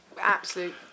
absolute